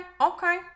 okay